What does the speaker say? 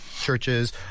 Churches